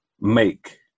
make